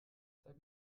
zeig